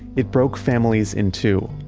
it broke families in two.